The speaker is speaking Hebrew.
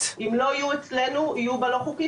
אם לא יהיו אצלנו יהיו בלא חוקי,